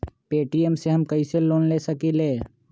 Paytm से हम कईसे लोन ले सकीले?